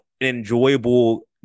enjoyable